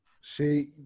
see